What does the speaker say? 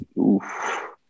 Oof